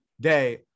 day